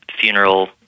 funeral